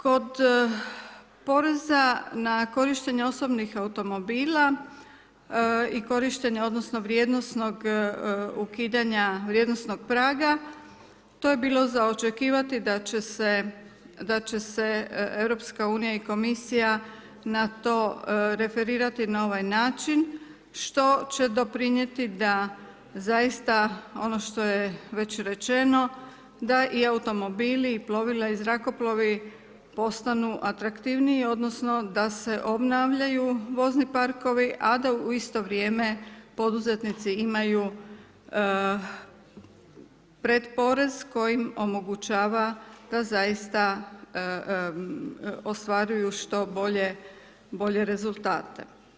Kod poreza na korištenje osobnih automobila i korištenje, odnosno vrijednosnog ukidanja vrijednosnog praga to je bilo za očekivati da će se EU i Europska Komisija referirati na ovaj način što će doprinijeti da zaista ono što je već rečeno da i automobili i plovila i zrakoplovi postanu atraktivniji odnosno da se obnavljaju vozni parkovi a da u isto vrijeme poduzetnici imaju pretporez koji im omogućava da zaista ostvaruju što bolje rezultate.